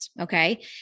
Okay